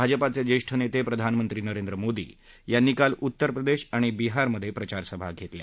भाजपाचे ज्येष्ठ नेते प्रधानमंत्री नरेंद्र मोदी यांनी काल उत्तरप्रदेश आणि बिहारमधे प्रचारसभा घेतल्या